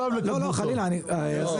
לא מה שהיה קודם חזרת מצב לקדמותו.